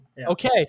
Okay